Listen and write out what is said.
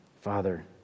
Father